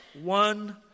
One